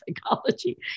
psychology